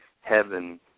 heaven